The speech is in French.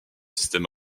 systèmes